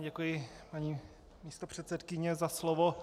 Děkuji, paní místopředsedkyně, za slovo.